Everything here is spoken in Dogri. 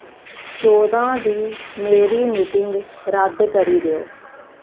चौदां दी मेरी मीटिंग रद्द करी देओ